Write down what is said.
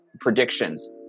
predictions